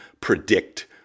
predict